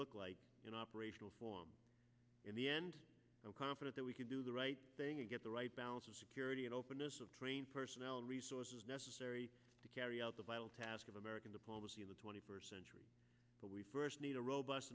look like an operational form in the end and confident that we can do the right thing and get the right balance of security and openness of trained personnel resources necessary to carry out the vital task of american diplomacy in the twenty first century but we first need a robust